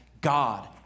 God